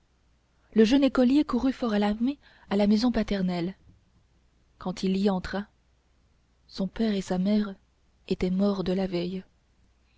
le jeune écolier courut fort alarmé à la maison paternelle quand il y entra son père et sa mère étaient morts de la veille